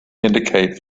indicates